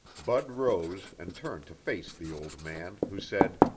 bud rose and turned to face the old man, who said,